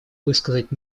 высказать